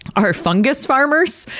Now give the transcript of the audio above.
are fungus farmers.